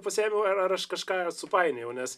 pasiėmiau ar ar aš kažką supainiojau nes